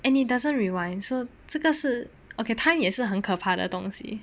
and it doesn't rewind so 这个是 ok time 也是很可怕的东西